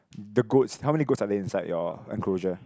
the goats how many goats are there inside your enclosure